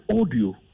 audio